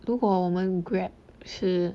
如果我们 Grab 是